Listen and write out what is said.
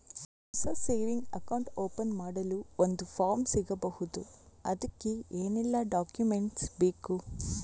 ಹೊಸ saving account open ಮಾಡಲು ಒಂದು ಫಾರ್ಮ್ ಸಿಗಬಹುದು? ಅದಕ್ಕೆ ಏನೆಲ್ಲಾ ಡಾಕ್ಯುಮೆಂಟ್ಸ್ ಬೇಕು?